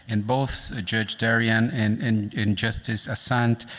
and both ah judge darian and and and justice asante,